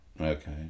Okay